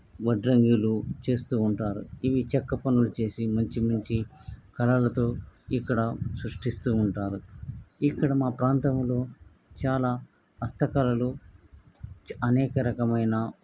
వడ్రంగిలు చేస్తు ఉంటారు ఇవి చెక్క పనులు చేసి మంచి మంచి కళలతో ఇక్కడ సృష్టిస్తు ఉంటారు ఇక్కడ మా ప్రాంతంలో చాలా హస్తకళలు చ అనేక రకమైన